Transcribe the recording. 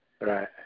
right